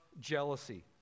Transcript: jealousy